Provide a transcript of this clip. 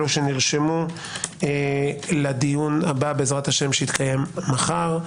אלה שנרשמו לדיון הבא בעז"ה שיתקיים מחר.